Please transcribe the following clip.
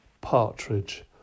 Partridge